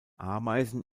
ameisen